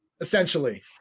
essentially